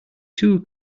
two